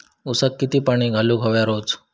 ऊसाक किती पाणी घालूक व्हया रोज?